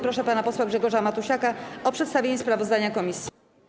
Proszę pana posła Grzegorza Matusiaka o przedstawienie sprawozdania komisji.